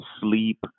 sleep